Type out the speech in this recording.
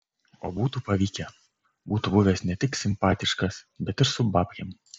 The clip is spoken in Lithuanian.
o būtų pavykę būtų buvęs ne tik simpatiškas bet ir su babkėm